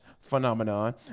phenomenon